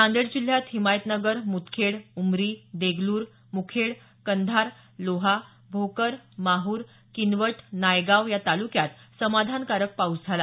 नांदेड जिल्ह्यात हिमायतनगर मुदखेड उमरी देगलूर मुखेड कंधार लोहा भोकर माहर किनवट नायगाव या तालुक्यात समाधानकारक पाऊस झाला